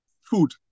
food